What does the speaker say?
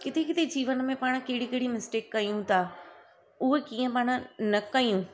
किथे किथे जीवन में पाण कहिड़ी कहिड़ी मिस्टेक कयूं था उहा कीअं माना न कयूं